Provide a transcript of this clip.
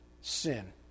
sin